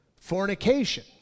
Fornication